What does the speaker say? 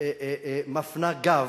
מפנה גב,